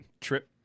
trip